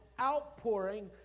outpouring